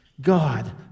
God